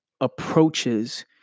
approaches